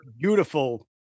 beautiful